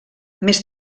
més